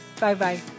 Bye-bye